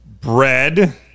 Bread